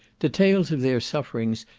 details of their sufferings,